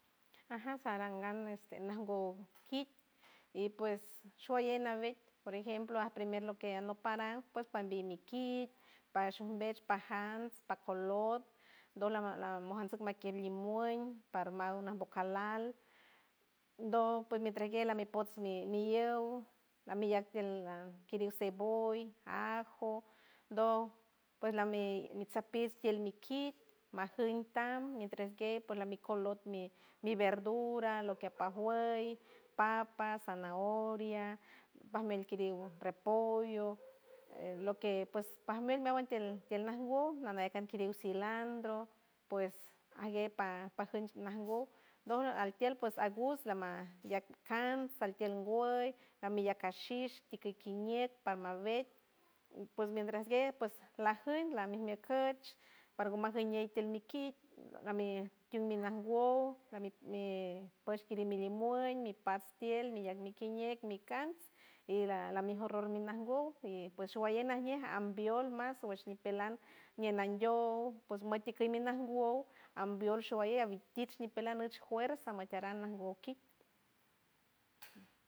Aja sarangan este najgow kit y pues showalley nawiet, por ejemplo aj primer lo que anop paran ps pambo mi kitch, pashombech pajants, pa color doj la- la mojansuts makiej limuen, parmaw najmbocaj lal ndoj por mi entregue lamijpots mi- mi yow lamillack tiel kiriw ceboll, ajo, ndoj pues lami mitsaj pi tiel mi kit, majuñ tam mientre kej pues la mi color mi, verdura lo que pajueñ papa, zanahoria, pajmuelt kiriw repollo, lo que pues pajmuelt meawan tiel tiel nangow na- najn kiriw cilandro, pues ajgue paj pajunch najgow doj altiel ps agust, lamiaj liack kants, paltiel nguey amiyac kashish tikikiñeck, parma wet ps mientras guej ps lajuñ lamij miej kütch, par ngo majuñ ñey tiel mi kit, gamey tiw ngumi najgow, mi ps kiriw mi limuent, mi pastiel mi yac mi kiñek mi kants y la- la mejor or minaj gow y pues showalley najñe ambiol mas wash ñipelan ñielandiow ps mut tikey mi najgow ambiol showalley atmitich ñipelan nüch juerza matarang najgow kit.